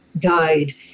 guide